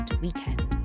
weekend